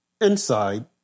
inside